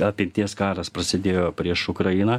apimties karas prasidėjo prieš ukrainą